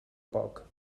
poc